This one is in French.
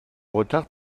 retard